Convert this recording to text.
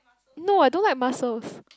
no I don't like muscles